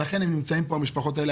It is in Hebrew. לכן נמצאות פה המשפחות האלה.